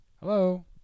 Hello